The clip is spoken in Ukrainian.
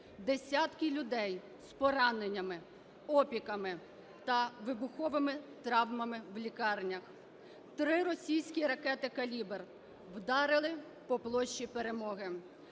Десятки людей з пораненнями, опіками та вибуховими травмами в лікарнях. Три російські ракети "Калібр" вдарили по площі Перемоги.